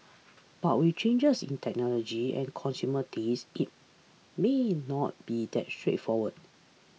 but with changes in technology and consumer tastes it may not be that straightforward